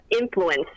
influence